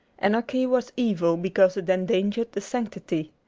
anarchy was evil because it endangered the sanctity.